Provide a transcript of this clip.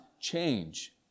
change